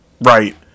Right